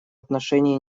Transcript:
отношении